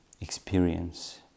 experience